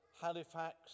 Halifax